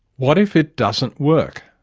what if it doesn't work?